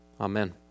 Amen